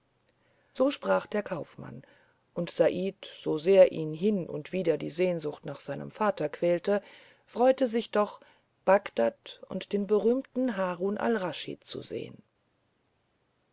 so sprach der kaufmann und said so sehr ihn hin und wieder die sehnsucht nach seinem vater quälte freute sich doch bagdad und den berühmten harun al raschid zu sehen